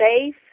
safe